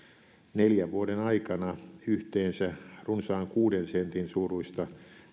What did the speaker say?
neljän vuoden aikana yhteensä runsaan kuuden sentin suuruista